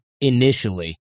initially